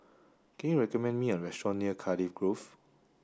can you recommend me a restaurant near Cardiff Grove